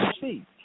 see